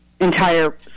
entire